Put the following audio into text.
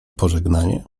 pożegnanie